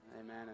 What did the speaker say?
Amen